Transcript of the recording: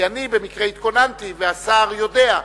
במקרה אני התכוננתי והשר יודע,